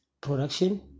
production